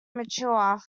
mature